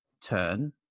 turn